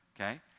okay